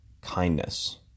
kindness